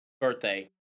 birthday